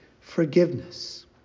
forgiveness